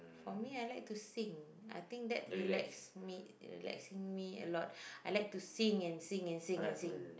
for me I like to sing I think that relax me relax me a lot I like to sing and sing and sing and sing